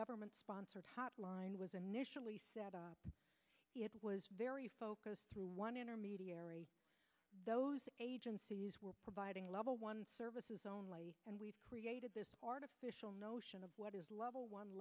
government sponsored hotline was initially it was very focused through one intermediary those agencies were providing level one services only and we've created this artificial notion of what is level one